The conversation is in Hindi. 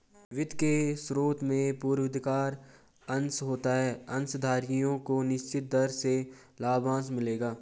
वित्त के स्रोत में पूर्वाधिकार अंश होता है अंशधारियों को निश्चित दर से लाभांश मिलेगा